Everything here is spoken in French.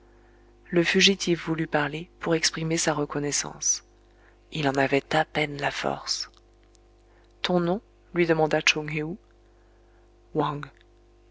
le fugitif voulut parler pour exprimer sa reconnaissance il en avait à peine la force ton nom lui demanda tchoung héou wang